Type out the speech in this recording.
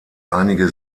einige